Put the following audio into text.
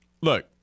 Look